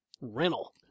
Rental